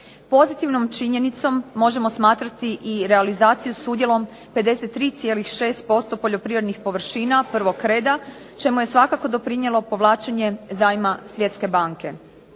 Pozitivnom činjenicom možemo smatrati i realizaciju s udjelom 53,6% poljoprivrednih površina prvog reda čemu je svakako doprinijelo povlačenje zajma Svjetske banke.